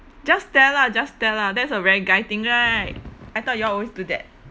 just tell lah just tell lah that's a very guy thing right I thought you all always do that